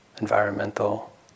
environmental